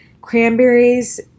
cranberries